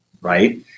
right